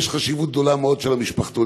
יש חשיבות גדולה מאוד למשפחתונים,